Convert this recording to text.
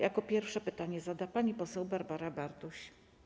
Jako pierwsza pytanie zada pani poseł Barbara Bartuś.